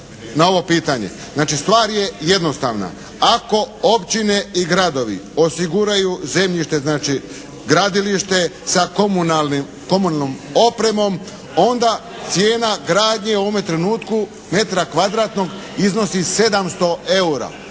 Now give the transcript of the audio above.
na ovo pitanje. Znači stvar je jednostavna. Ako općine i gradovi osiguraju zemljište znači gradilište sa komunalnom opremom onda cijene gradnje u ovome trenutku metra kvadratnog iznosi 700 eura.